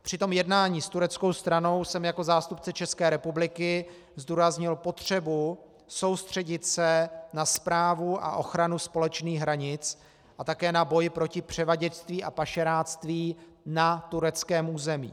Při tom jednání s tureckou stranou jsem jako zástupce České republiky zdůraznil potřebu soustředit se na správu a ochranu společných hranic a také na boj proti převaděčství a pašeráctví na tureckém území.